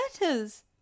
letters